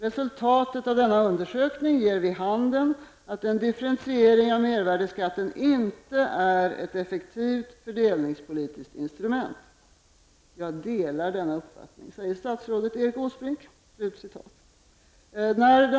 Resultatet av denna undersökning ger vid handen att en differentiering av mervärdeskatten inte är ett effektivt fördelningspolitiskt instrument. Jag delar denna uppfattning.''